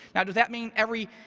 now, does that mean every